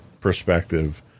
perspective